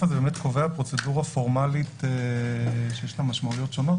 קובע פרוצדורה פורמלית שיש לה משמעויות שונות.